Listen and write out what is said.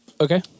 Okay